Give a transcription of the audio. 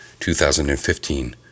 2015